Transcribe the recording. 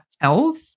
health